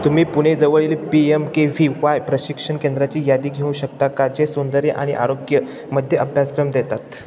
तुम्ही पुणेजवळील P M K V Y प्रशिक्षण केंद्राची यादी घेऊ शकता का जे सौंदर्य आणि आरोग्य मध्ये अभ्यासक्रम देतात